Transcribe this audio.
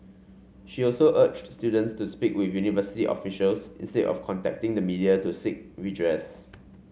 she also urged students to speak with university officials instead of contacting the media to seek redress